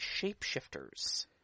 shapeshifters